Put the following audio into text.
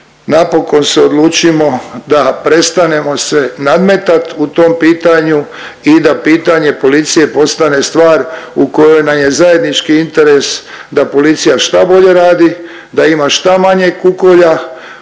napokon se odlučimo da prestanemo se nadmetat u tom pitanju i da pitanje policije postane stvar u kojoj nam je zajednički interes da policija šta bolje radi, da ima šta manje kukolja